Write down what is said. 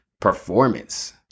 performance